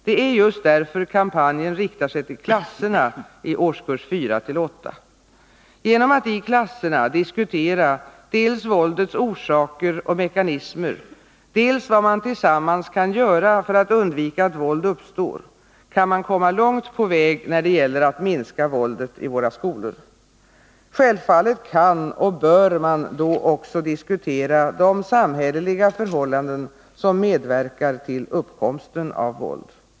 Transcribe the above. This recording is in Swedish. Det är just därför kampanjen riktar sig till klasserna i årskurserna 4-8. Genom att i klasserna diskutera dels våldets orsaker och mekanismer, dels vad man tillsammans kan göra för att undvika att våld uppstår, kan man komma långt på väg när det gäller att minska våldet i våra skolor. Självfallet kan och bör man då också diskutera de samhälleliga förhållanden som medverkar till uppkomsten av våld.